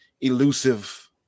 elusive